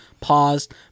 paused